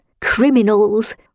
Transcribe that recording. criminals